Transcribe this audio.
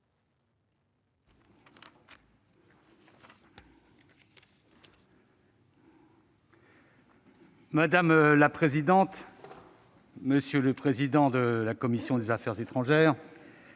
Madame la présidente, monsieur le président de la commission des affaires étrangères,